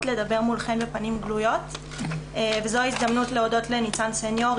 לדבר מולכם בפנים גלויות וזו ההזדמנות להודות לניצן סניור,